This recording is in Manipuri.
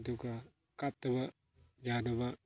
ꯑꯗꯨꯒ ꯀꯥꯞꯇꯕ ꯌꯥꯗꯕ